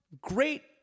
Great